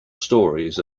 stories